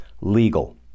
legal